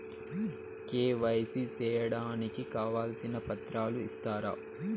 KYC సేయడానికి కావాల్సిన పత్రాలు ఇస్తారా?